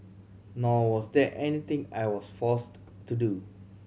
nor was there anything I was forced to do